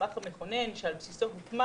המסמך המכונן שעל בסיסו הוקמה